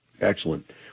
Excellent